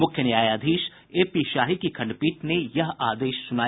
मुख्य न्यायाधीश A P Shahi की खंडपीठ ने यह आदेश सुनाया